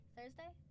Thursday